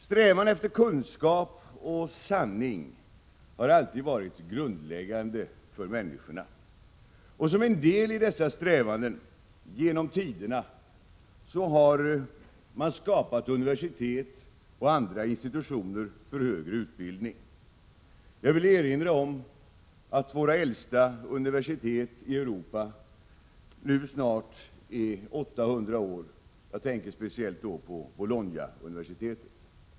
Strävan efter kunskap och sanning har alltid varit grundläggande för människorna. Som en del i dessa strävanden har man genom tiderna skapat universitet och andra institutioner för högre utbildning. Jag vill erinra om att våra äldsta universitet i Europa nu snart är 800 år. Jag tänker då speciellt på Bologna-universitetet.